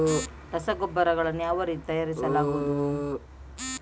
ರಸಗೊಬ್ಬರಗಳನ್ನು ಯಾವ ರೀತಿಯಲ್ಲಿ ತಯಾರಿಸಲಾಗುತ್ತದೆ?